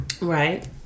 right